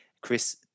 Chris